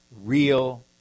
real